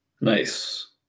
Nice